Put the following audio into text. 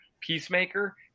Peacemaker